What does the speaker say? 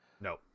no